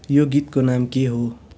यो गीतको नाम के हो